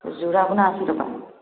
যোৰা আপোনাৰ আশী টকা